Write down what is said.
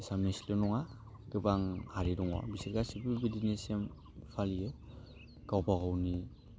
एसामिसल नङा गाबां हारि दङ बिसोर गासिबो बिदिनो सेम फालियो गावबा गावनि